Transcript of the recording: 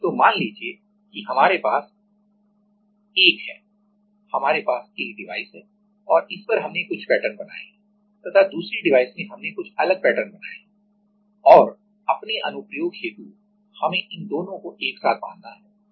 तो मान लीजिए कि हमारे पास एक है हमारे पास एक डिवाइस है और इस पर हमने कुछ पैटर्न बनाए हैं तथा दूसरी डिवाइस में हमने कुछ अलग पैटर्न बनाए हैं और अपने अनुप्रयोग हेतु हमें इन दोनों को एक साथ बांधना है